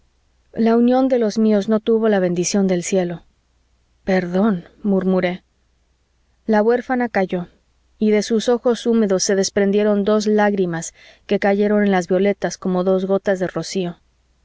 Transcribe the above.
la unión de los míos no tuvo la bendición del cielo perdón murmuré la huérfana calló y de sus ojos húmedos se desprendieron dos lágrimas que cayeron en las violetas como dos gotas de rocío